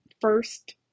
first